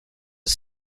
are